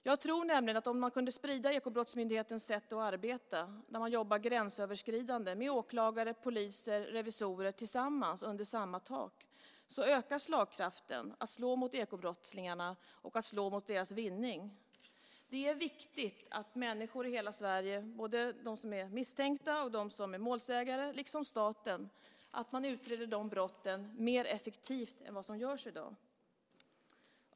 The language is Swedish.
Jag tror nämligen att om man kunde sprida Ekobrottsmyndighetens sätt att arbeta gränsöverskridande med åklagare, poliser, revisorer tillsammans under samma tak, skulle slagkraften mot ekobrottslingarna och deras vinning öka. Det är viktigt för människor i hela Sverige, både de som är misstänkta och de som är målsägare liksom staten, att de här brotten utreds mer effektivt än vad som görs i dag.